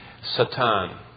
satan